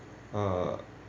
uh